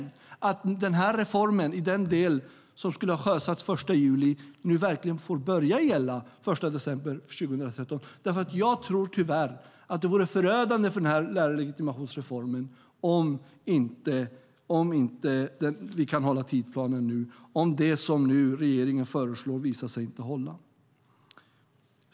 Vi gör det därför att den del av denna reform som skulle ha sjösatts den 1 juli verkligen får börja gälla den 1 december 2013. Jag tror tyvärr att det vore förödande för denna lärarlegitimationsreform om vi inte kan hålla tidsplanen och om det som regeringen nu föreslår inte visar sig hålla.